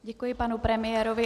Děkuji panu premiérovi.